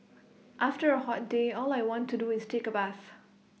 after A hot day all I want to do is take A bath